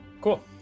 cool